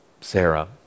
Sarah